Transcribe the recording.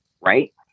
right